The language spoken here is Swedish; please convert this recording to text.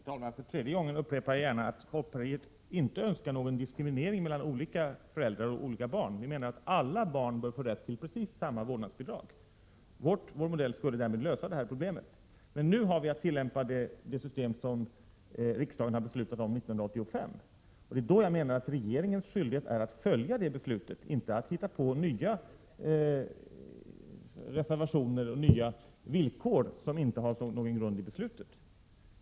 Herr talman! För tredje gången upprepar jag gärna att folkpartiet inte önskar någon diskriminering mellan olika föräldrar och barn. Vi menar att alla barn bör få rätt till precis samma vårdnadsbidrag. Vår modell skulle därmed lösa detta problem. Men nu har vi att tillämpa det system som riksdagen har beslutat om 1985. Det är då jag menar att det är regeringens skyldighet att följa det beslutet, inte att hitta på nya villkor, som inte har någon grund i beslutet.